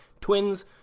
Twins